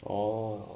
orh